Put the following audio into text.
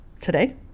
Today